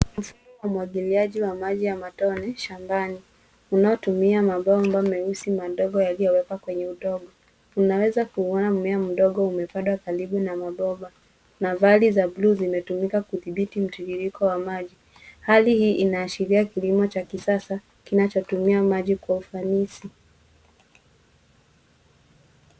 Mfumo wa umwagiliaji wa maji ya matone shambani unaotumia mabomba meusi madogo yaliyowekwa kwenye udongo. Tunaweza kuuona mmea mdogo umepandwa karibu na mabomba na vali za bluu zimetumika kudhibiti mtiririko wa maji. Hali hii inaashiria kilimo cha kisasa kinachotumia maji kwa ufanisi.